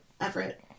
Everett